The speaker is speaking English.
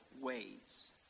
ways